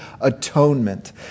atonement